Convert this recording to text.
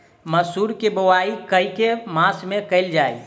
मसूर केँ बोवाई केँ के मास मे कैल जाए?